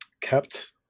kept